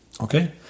Okay